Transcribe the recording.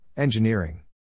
Engineering